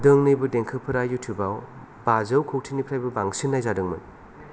दोंनैबो देंखोफोरा इउथुब आव बाजौ खौटिनिफ्रायबो बांसिन नायजादोंमोन